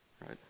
right